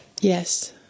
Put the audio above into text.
Yes